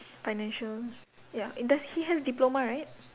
financial ya and does he has diploma right